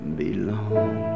belong